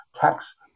tax